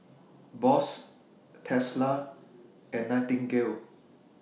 Bose Tesla and Nightingale